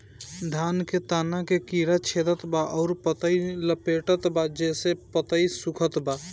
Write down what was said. धान के तना के कीड़ा छेदत बा अउर पतई लपेटतबा जेसे पतई सूखत बा?